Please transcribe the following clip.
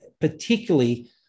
particularly